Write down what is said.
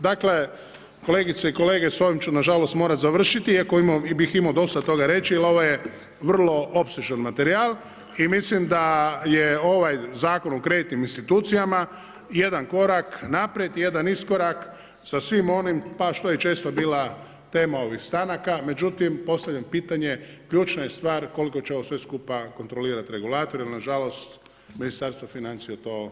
Dakle, kolegice i kolege, s ovim ću nažalost morat završiti iako bi ih imao dosta toga reći jer ovo je vrlo opsežan materijal i mislim da je ovaj Zakon o kreditnim institucijama jedan korak naprijed, jedan iskorak sa svim onim pa što je često bila tema ovih stanaka, međutim postavljam pitanje, ključna je stvar koliko će ovo sve skupa kontrolirati regulator jer nažalost Ministarstvo financija tu ne može ništa napraviti.